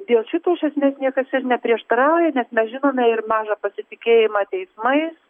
dėl šito iš esmės niekas ir neprieštarauja nes nežinome ir mažą pasitikėjimą teismais